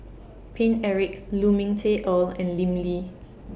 Paine Eric Lu Ming Teh Earl and Lim Lee